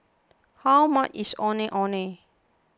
how much is Ondeh Ondeh